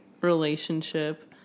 relationship